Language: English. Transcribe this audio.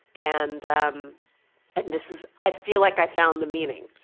and um and this is, i feel like i found the meeting.